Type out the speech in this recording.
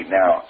now